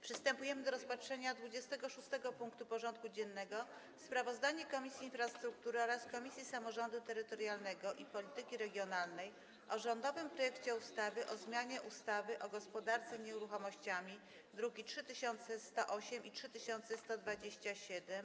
Przystępujemy do rozpatrzenia punktu 26. porządku dziennego: Sprawozdanie Komisji Infrastruktury oraz Komisji Samorządu Terytorialnego i Polityki Regionalnej o rządowym projekcie ustawy o zmianie ustawy o gospodarce nieruchomościami (druki nr 3108 i 3127)